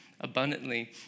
Abundantly